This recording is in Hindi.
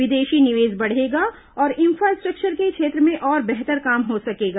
विदेशी निवेश बढ़ेगा और इंफ्रास्ट्रक्चर के क्षेत्र में और बेहतर काम हो सकेगा